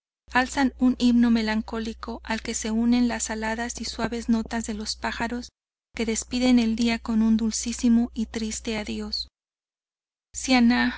alzan un himno melancólico al que se unen las aladas y suaves notas de los pájaros que despiden el día con un dulcísimo y triste adiós